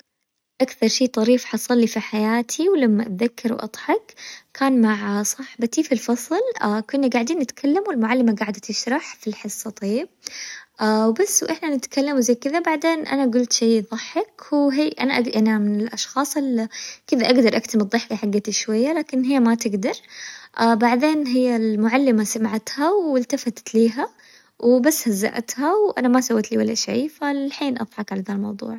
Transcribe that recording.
أكثر شي طريف حصلي في حياتي ولما أتذكره أضحك كان مع صاحبتي في الفصل كنا قاعدين نتكلم والمعلمة قاعدة تشرح في الحصة طيب، وبس احنا نتكلم وزي كذا، وبعدين أنا قولت شي يظحك وهي ي- أنا من الأشخاص ال- كذا أقدر أكتم الظحكة حقتي شوية لكن هي ما تقدر، بعدين هي المعلمة سمعتها والتفتت ليها وبس هزئتها وأنا ما سوتلي ولا شي والحين أظحك على ذا الموظوع.